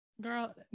Girl